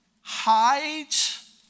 hides